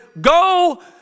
go